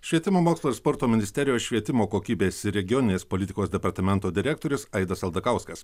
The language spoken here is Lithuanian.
švietimo mokslo ir sporto ministerijos švietimo kokybės ir regioninės politikos departamento direktorius aidas aldakauskas